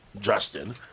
justin